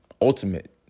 Ultimate